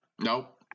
Nope